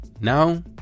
Now